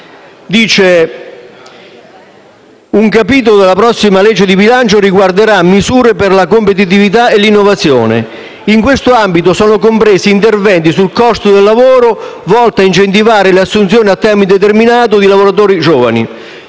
che un capitolo della prossima legge di bilancio riguarderà misure per la competitività e l'innovazione. In questo ambito sono compresi interventi sul costo del lavoro volto ad incentivare le assunzioni a tempo indeterminato di lavoratori giovani.